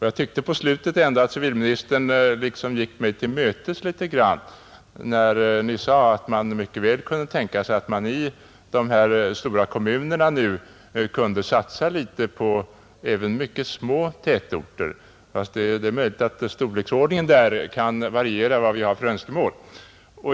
Jag tyckte ändå att civilministern i slutet av sitt anförande gick mig till mötes i viss mån, när han sade att man mycket väl kunde tänka sig att de stora kommunerna satsade även på mycket små tätorter. Det är emellertid möjligt att våra önskemål om storleksordningen är olika.